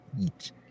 eat